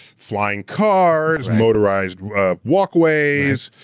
flying cars, motorized walkways,